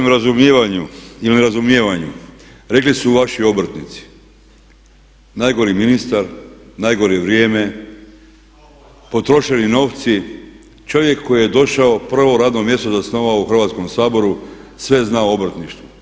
O vašem razumijevanju ili nerazumijevanju rekli su vaši obrtnici, najgori ministar, najgore vrijeme, potrošeni novci, čovjek koji je došao, prvo radno mjesto zasnovao u Hrvatskom saboru, sve zna o obrtništvu.